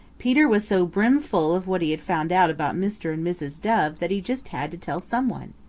peter was so brimful of what he had found out about mr. and mrs. dove that he just had to tell some one.